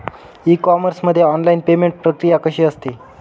E commerce मध्ये online payment प्रक्रिया कशी असते?